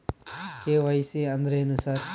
KYC ಅಂದ್ರೇನು sir?